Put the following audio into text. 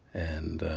and